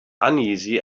uneasy